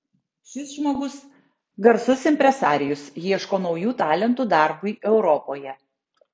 šis žmogus garsus impresarijus ieško naujų talentų darbui europoje